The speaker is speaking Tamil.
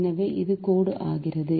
எனவே இது கோடு ஆகிறது